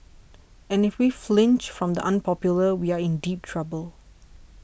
and if we flinch from the unpopular we are in deep trouble